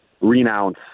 renounce